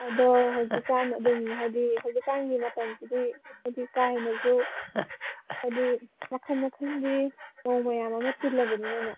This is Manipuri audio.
ꯑꯗꯣ ꯍꯧꯖꯤꯛꯀꯥꯟ ꯑꯗꯨꯝ ꯍꯥꯏꯕꯗꯤ ꯍꯧꯖꯤꯛꯀꯥꯟꯒꯤ ꯃꯇꯝꯁꯤꯗꯤ ꯍꯥꯏꯕꯗꯤ ꯀꯥ ꯍꯦꯟꯅꯁꯨ ꯍꯥꯏꯕꯗꯤ ꯃꯈꯜ ꯃꯈꯜꯗꯤ ꯃꯧ ꯃꯌꯥꯝ ꯑꯃ ꯇꯤꯜꯂꯕꯅꯤꯅꯅꯦ